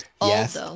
yes